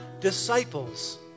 disciples